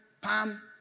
pam